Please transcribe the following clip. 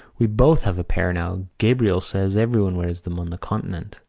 we both have a pair now. gabriel says everyone wears them on the continent.